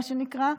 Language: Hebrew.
מה שנקרא,